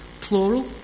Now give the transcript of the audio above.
plural